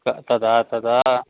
क तदा तदा